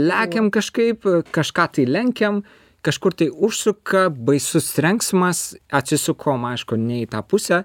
lekiam kažkaip kažką tai lenkiam kažkur tai užsuka baisus trenksmas atsisukom aišku ne į tą pusę